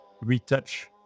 retouch